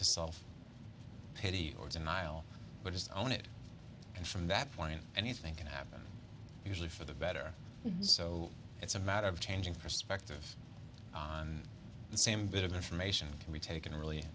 to solve pity or denial but just on it and from that point anything can happen usually for the better so it's a matter of changing perspective on the same bit of information can be taken really